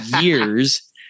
years